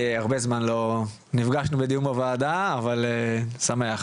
הרבה זמן לא נפגשנו בדיון בוועדה, אני שמח.